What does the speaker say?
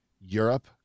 Europe